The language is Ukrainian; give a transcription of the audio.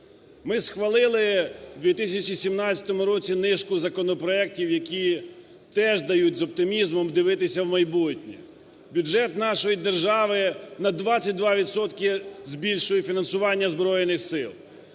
Ми схвалили у 2017 році низку законопроектів, які теж дають з оптимізмом дивитися в майбутнє. Бюджет нашої держави на 22 відсотки збільшує фінансування Збройних Сил.